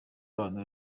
abantu